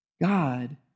God